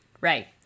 Right